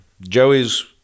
Joey's